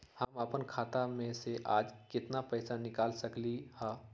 हम अपन खाता में से आज केतना पैसा निकाल सकलि ह?